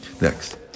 Next